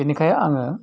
बिनिखाइ आङो